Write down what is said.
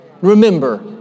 Remember